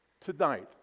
tonight